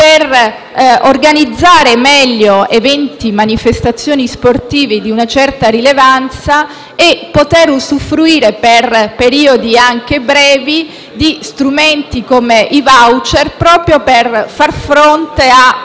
ad organizzare meglio eventi e manifestazioni sportive di una certa rilevanza, potendo usufruire, per periodi anche brevi, di strumenti come i *voucher* per far fronte